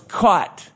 caught